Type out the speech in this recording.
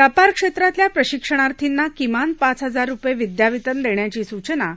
व्यापार क्षेत्रातल्या प्रशिक्षणार्थींना किमान पाच हजार रुपये विद्यावेतन देण्याची सूचना